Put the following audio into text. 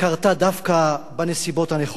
קרתה דווקא בנסיבות הנכונות,